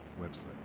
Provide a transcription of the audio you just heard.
website